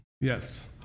yes